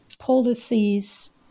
policies